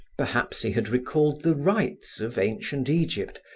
perhaps he had recalled the rites of ancient egypt,